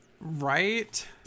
Right